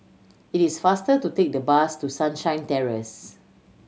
it is faster to take the bus to Sunshine Terrace